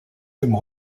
dem